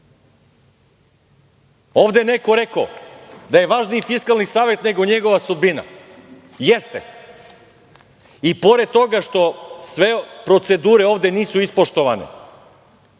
je neko rekao da je važniji Fiskalni savet nego njegova sudbina. Jeste. I pored toga što sve procedure ovde nisu ispoštovane,